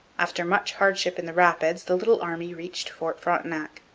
after much hardship in the rapids the little army reached fort frontenac.